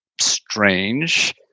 strange